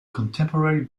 contemporary